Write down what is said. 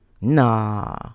Nah